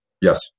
Yes